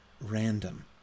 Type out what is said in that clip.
random